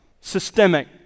systemic